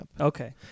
Okay